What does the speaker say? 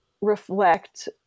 reflect